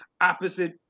opposite